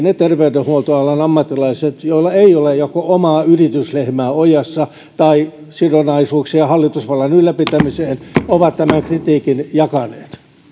ne terveydenhuoltoalan ammattilaiset joilla ei ole joko omaa yrityslehmää ojassa tai sidonnaisuuksia hallitusvallan ylläpitämiseen ovat tämän kritiikin jakaneet